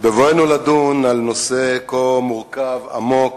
בבואנו לדון על נושא כה מורכב, עמוק,